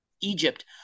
Egypt